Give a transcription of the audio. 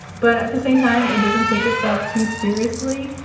but at the same time, it doesn't take itself too seriously.